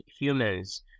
humans